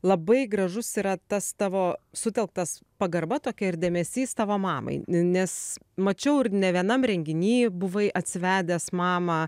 labai gražus yra tas tavo sutelktas pagarba tokia ir dėmesys tavo mamai nes mačiau ir ne vienam renginy buvai atsivedęs mamą